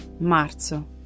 Marzo